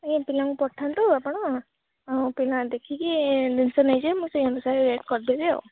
ଏ ପିଲାଙ୍କୁ ପଠାନ୍ତୁ ଆପଣ ଆଉ ପିଲା ଦେଖିକି ଜିନିଷ ନେଇ ଯିବେ ମୁଁ ସେଇ ଅନୁସାରେ ରେଟ୍ କରିଦେବି ଆଉ